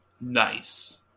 Nice